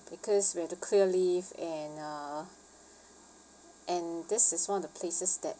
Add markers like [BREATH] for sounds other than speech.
because we have to clear leave and uh [BREATH] and this is one of the places that